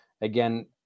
again